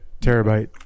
terabyte